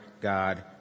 God